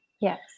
Yes